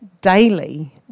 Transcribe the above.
daily